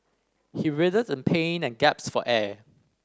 he writhed in pain and gasped for air